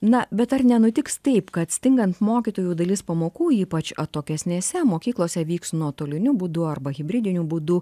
na bet ar nenutiks taip kad stingant mokytojų dalis pamokų ypač atokesnėse mokyklose vyks nuotoliniu būdu arba hibridiniu būdu